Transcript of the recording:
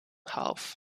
half